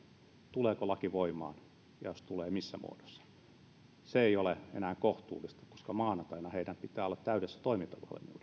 tuleeko laki voimaan ja jos tulee missä muodossa se ei ole enää kohtuullista koska maanantaina heidän pitää olla täydessä toimintavalmiudessa